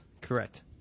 correct